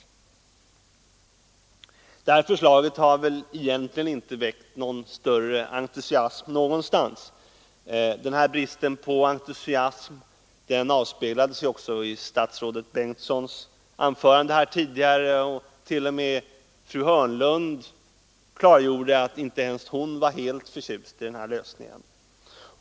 Detta förslag har väl egentligen inte väckt större entusiasm någonstans. Bristen på entusiasm avspeglade sig ju också i statsrådet Bengtssons anförande tidigare, och fru Hörnlund klargjorde att inte ens hon var helt förtjust i lösningen.